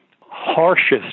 harshest